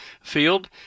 field